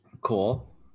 Cool